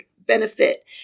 benefit